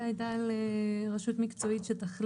דווקא בחברת החשמל ההחלטה ניתנה לראשות מקצועית שתחליט